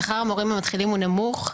שכר המורים המתחילים הוא נמוך.